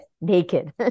naked